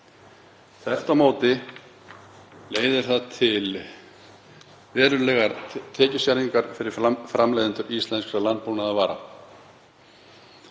Þvert á móti leiðir það til verulegrar tekjuskerðingar fyrir framleiðendur íslenskra landbúnaðarvara.